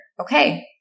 okay